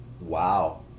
Wow